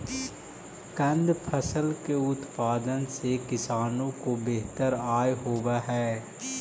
कंद फसल के उत्पादन से किसानों को बेहतर आय होवअ हई